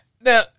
Now